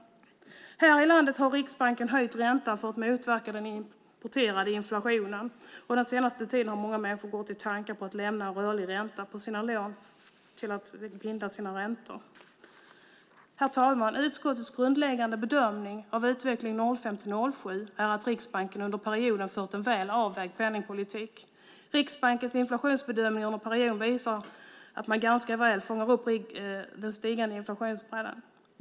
Här i landet har Riksbanken höjt räntan för att motverka den importerade inflationen. Den senaste tiden har många människor gått i tankar på att lämna en rörlig ränta på sina lån och binda sina räntor. Herr talman! Utskottets grundläggande bedömning av utvecklingen 2005-2007 är att Riksbanken under perioden har fört en väl avvägd penningpolitik. Riksbankens inflationsbedömningar under perioden visar att man ganska väl har fångat upp den stigande inflationstrenden.